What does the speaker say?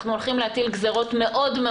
אנחנו הולכים להטיל גזרות קשות מאוד.